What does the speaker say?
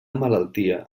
malaltia